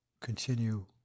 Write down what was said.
continue